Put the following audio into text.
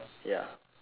ya